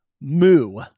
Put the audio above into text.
Moo